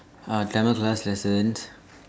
uh Tamil class lessons